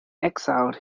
exiled